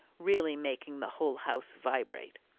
really making the whole house vibrate.